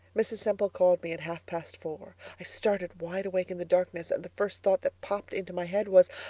mrs. semple called me at half-past four. i started wide awake in the darkness and the first thought that popped into my head was,